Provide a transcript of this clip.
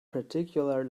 particular